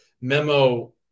memo